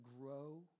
grow